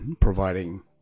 providing